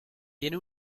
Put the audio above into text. tiene